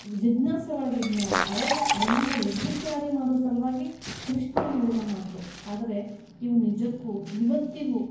ಜಿಜ್ಞಾಸೆ ಒಳಗಿದ್ನೋ ಆವಾಗ ಅವನನ್ನು ಯುದ್ಧಕ್ಕೆ ಅಣಿ ಮಾಡೋ ಸಲುವಾಗಿ ಕೃಷ್ಣ ಹೇಳಿದ ಮಾತು ಆದರೆ ಇವು ನಿಜಕ್ಕೂ ಇವತ್ತಿಗೂ